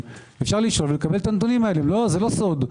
אפשר לשאול ולקבל את הנתונים האלה, זה לא סוד.